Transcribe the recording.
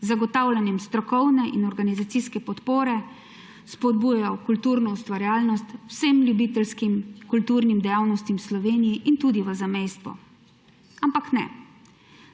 zagotavljanjem strokovne in organizacijske podpore, spodbujal kulturno ustvarjalnost vsem ljubiteljskim kulturnim dejavnostim v Sloveniji in tudi v zamejstvu. Ampak ne!